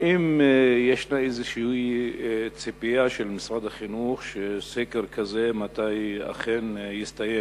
האם יש ציפייה של משרד החינוך שסקר כזה אכן יסתיים?